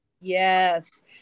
Yes